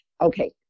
okay